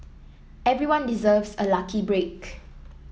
everyone deserves a lucky break